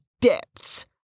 depths